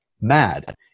mad